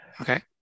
Okay